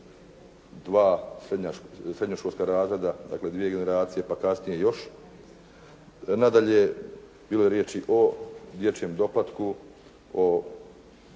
dva srednjoškolska razreda, dakle dvije generacije, pa kasnije još. Nadalje, bilo je riječi o dječjem doplatku, o